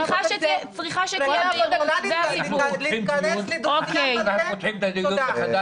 צריכה שתהיה --- אנחנו פותחים את הדיון מחדש.